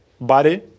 body